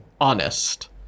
honest